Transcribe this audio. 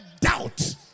doubt